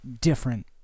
different